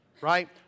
Right